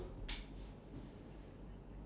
probably escapist or something